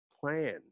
Plan